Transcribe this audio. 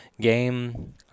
game